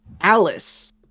Alice